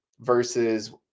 versus